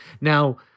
now